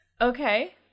Okay